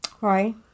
Right